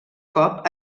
cop